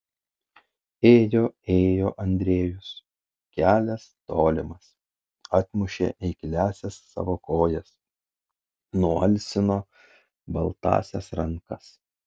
ėjo ėjo andrejus kelias tolimas atmušė eikliąsias savo kojas nualsino baltąsias rankas